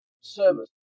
service